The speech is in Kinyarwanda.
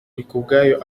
nikubwayo